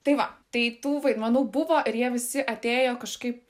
tai va tai tų vaidmenų buvo ir jie visi atėjo kažkaip